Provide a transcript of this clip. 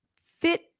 fit